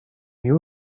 you